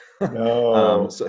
No